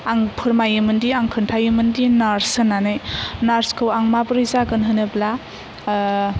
आं फोरमायोमोनदि आं खोन्थायोमोनदि नार्स होननानै नार्सखौ आं माबोरै जागोन होनोब्ला